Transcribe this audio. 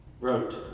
wrote